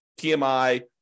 PMI